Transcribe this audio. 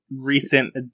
recent